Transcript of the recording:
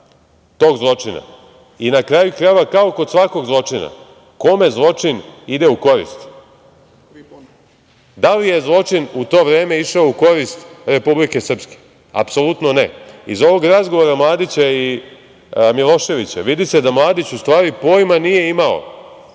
tog zločina? I na kraju krajeva, kao kod svakog zločina, kome zločin ide u korist? Da li je zločin u to vreme išao u korist Republike Srpske? Apsolutno ne. Iz ovog razgovora Mladića i Miloševića se vidi da Mladić pojma nije imao